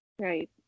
Right